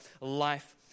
life